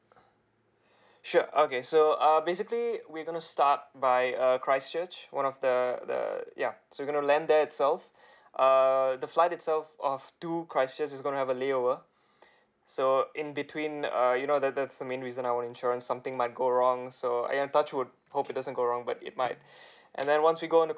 sure okay so err basically we gonna start by err christchurch one of the the ya so we gonna land there itself uh the flight itself off to christchurch is gonna have a lay over so in between uh you know that that's the main reason I want insurance something might go wrong so I am touch wood hope it doesn't go wrong but it might and then once we go on to